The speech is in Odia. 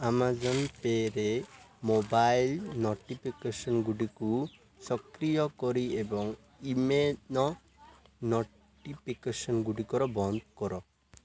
ଆମାଜନ୍ ପେ'ରେ ମୋବାଇଲ ନୋଟିଫିକେସନ୍ ଗୁଡ଼ିକୁ ସକ୍ରିୟ କର ଏବଂ ଇ ମେଲ୍ ନୋଟିଫିକେସନ୍ ଗୁଡ଼ିକର ବନ୍ଦ କର